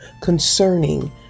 concerning